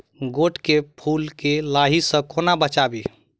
गोट केँ फुल केँ लाही सऽ कोना बचाबी?